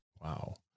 Wow